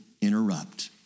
interrupt